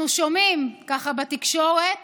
אנחנו שומעים ככה בתקשורת